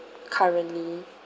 currently